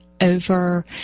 over